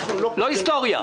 לא היסטוריה.